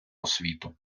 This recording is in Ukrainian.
освіту